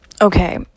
okay